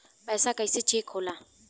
पैसा कइसे चेक होला?